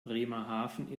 bremerhaven